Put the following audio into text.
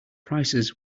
prices